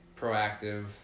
proactive